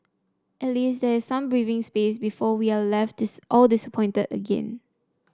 at least there is some breathing space before we are all left all disappointed again